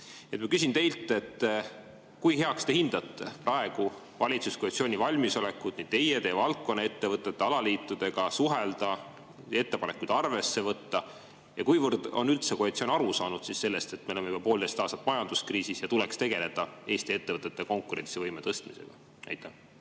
küsin teilt: kui heaks te hindate praegu valitsuskoalitsiooni valmisolekut nii teie ja teie valdkonna ettevõtete kui ka alaliitudega suhelda ja ettepanekuid arvesse võtta? Kuivõrd on koalitsioon üldse aru saanud sellest, et me oleme juba poolteist aastat majanduskriisis ja tuleks tegeleda Eesti ettevõtete konkurentsivõime tõstmisega? Aitäh!